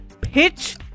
pitch